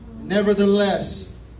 Nevertheless